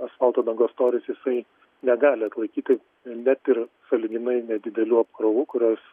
asfalto dangos storis jisai negali atlaikyti net ir sąlyginai nedidelių apkrovų kurios